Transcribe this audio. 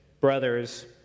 brothers